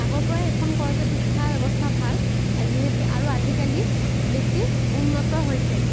আগৰ পৰাই এইখন কলেজত শিক্ষা ব্যৱস্থা ভাল যিহেতু আৰু আজিকালি বেছি উন্নত হৈছে